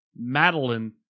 Madeline